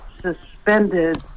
suspended